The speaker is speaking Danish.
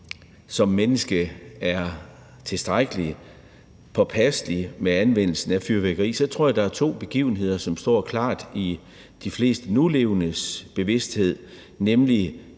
som menneske er tilstrækkelig påpasselig med anvendelsen af fyrværkeri, tror jeg, der er to begivenheder, som står klart i de fleste nulevendes bevidsthed, nemlig